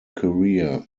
career